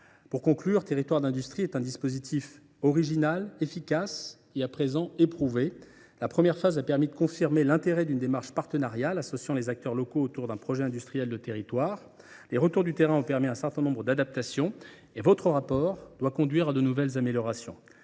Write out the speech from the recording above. programme Territoires d’industrie est un dispositif original, efficace et à présent éprouvé. Sa première phase a permis de confirmer l’intérêt d’une démarche partenariale, associant les acteurs locaux autour d’un projet industriel de territoire. Les retours du terrain ont permis un certain nombre d’adaptations et votre rapport, mesdames, messieurs les sénateurs,